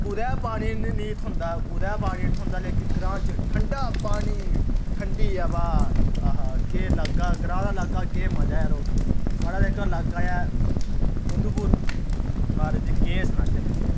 कुतै पानी निं थहोंदा कुतै पानी निं थ्होंदा लेकिन ग्रांऽ च ठंडा पानी ठंडी हवा आहा केह् लाका ऐ ग्रांऽ दा लाका केह् मजा ऐ जरो साढ़ा जेह्का लाका ऐ उधमपुर माराज जी केह् सनाह्चै तुसें ई